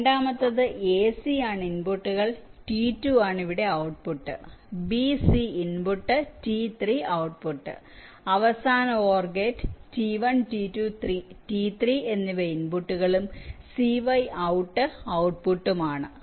രണ്ടാമത്തേത് a c ആണ് ഇൻപുട്ടുകൾ t2 ആണ് ഇവിടെ output b c input t3 output അവസാന OR gate t1 t2 t3 എന്നിവ ഇൻപുട്ടുകളും cy out ഔട്ട്പുട്ടും ആണ്